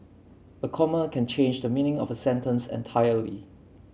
a comma can change the meaning of sentence entirely